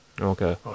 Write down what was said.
okay